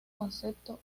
concepto